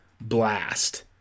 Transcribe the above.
blast